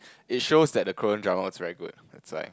it shows that the Korean drama was very good that's why